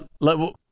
let